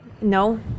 No